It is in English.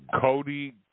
Cody